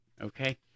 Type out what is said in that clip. Okay